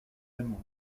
aimeront